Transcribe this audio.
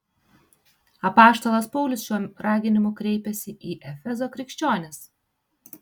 apaštalas paulius šiuo raginimu kreipiasi į efezo krikščionis